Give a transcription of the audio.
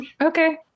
Okay